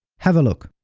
have a look.